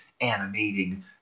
animating